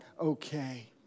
okay